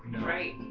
Right